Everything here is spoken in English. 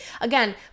again